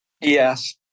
Yes